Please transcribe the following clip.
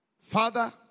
Father